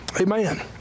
Amen